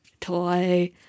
toy